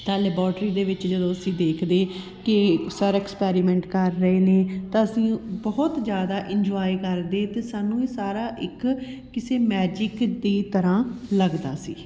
ਤਾਂ ਲੈਬੋਰਟਰੀ ਦੇ ਵਿੱਚ ਜਦੋਂ ਅਸੀਂ ਦੇਖਦੇ ਕਿ ਸਰ ਐਕਸਪੈਰੀਮੈਂਟ ਕਰ ਰਹੇ ਨੇ ਤਾਂ ਅਸੀਂ ਬਹੁਤ ਜ਼ਿਆਦਾ ਇੰਜੋਏ ਕਰਦੇ ਅਤੇ ਸਾਨੂੰ ਇਹ ਸਾਰਾ ਇੱਕ ਕਿਸੇ ਮੈਜਿਕ ਦੀ ਤਰ੍ਹਾਂ ਲੱਗਦਾ ਸੀ